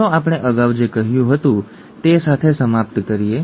ચાલો આપણે અગાઉ જે કહ્યું હતું તે સાથે સમાપ્ત કરીએ